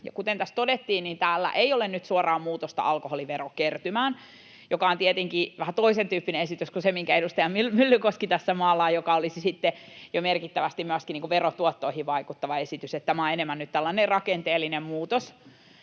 Kuten tässä todettiin, niin tällä ei ole nyt suoraan muutosta alkoholiverokertymään, ja tämä on tietenkin vähän toisentyyppinen esitys kuin se, minkä edustaja Myllykoski tässä maalaa, joka olisi sitten jo merkittävästi myöskin verotuottoihin vaikuttava esitys. Tämä on enemmän nyt tällainen rakenteellinen muutos